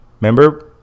Remember